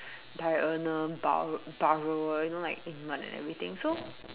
diurnal burro~ burrower you know like in mud and everything so